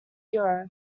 hero